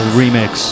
remix